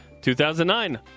2009